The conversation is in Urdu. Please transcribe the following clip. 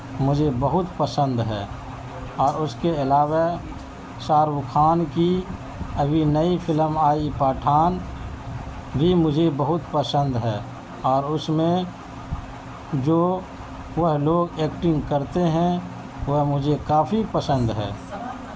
مجھے بہت پسند ہے اور اُس کے علاوہ شاہ رخ خان کی ابھی نئی فلم آئی پٹھان بھی مجھے بہت پسند ہے اور اس میں جو وہ لوگ ایکٹنگ کرتے ہیں وہ مجھے کافی پسند ہے